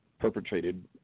perpetrated